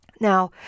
Now